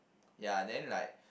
ya then like